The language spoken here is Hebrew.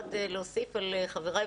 להוסיף על חבריי.